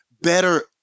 better